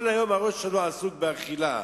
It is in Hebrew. כל היום הראש שלו עסוק באכילה.